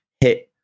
hit